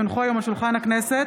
כי הונחו היום על שולחן הכנסת,